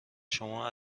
شما